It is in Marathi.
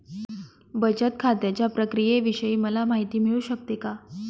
बचत खात्याच्या प्रक्रियेविषयी मला माहिती मिळू शकते का?